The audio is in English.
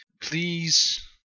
please